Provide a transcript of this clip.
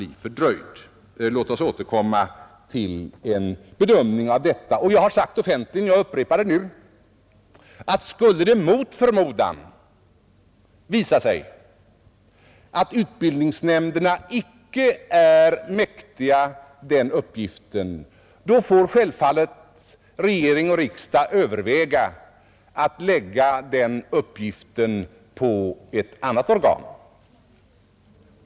Vi får alltså återkomma till en bedömning av detta. Jag har emellertid sagt offentligt — och jag upprepar det nu — att skulle det mot förmodan visa sig att utbildningsnämnderna icke är mäktiga den här uppgiften, får självfallet regering och riksdag överväga att lägga den på ett annat organ.